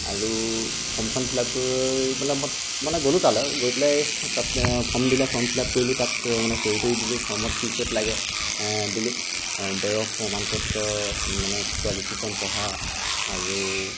আৰু ফৰ্মখন ফিলআপ কৰি পেলাই মানে গ'লো তালৈ আৰু গৈ পেলাই তাত ফৰ্ম দিলে ফৰ্ম ফিলআপ কৰিলোঁ তাত মানে চহী টহী দিলোঁ ফৰ্মত কি ক'ত লাগে দিলো বয়স প্ৰমাণপত্ৰ মানে কোৱালিফিকেশ্যন পঢ়া আৰু